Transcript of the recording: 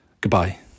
Goodbye